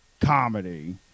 comedy